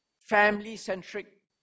family-centric